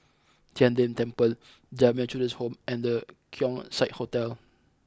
Tian De Temple Jamiyah Children's Home and The Keong Saik Hotel